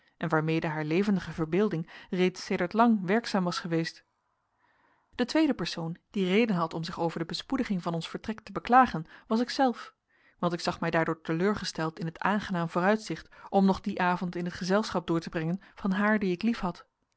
en waarmede haar levendige verbeelding reeds sedert lang werkzaam was geweest de tweede persoon die reden had om zich over de bespoediging van ons vertrek te beklagen was ikzelf want ik zag mij daardoor teleurgesteld in het aangenaam vooruitzicht om nog dien avond in het gezelschap door te brengen van haar die ik liefhad